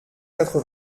quatre